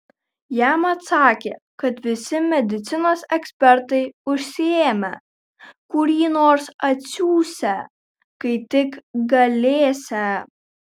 jam atsakė kad visi medicinos ekspertai užsiėmę kurį nors atsiųsią kai tik galėsią